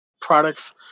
products